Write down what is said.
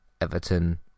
Everton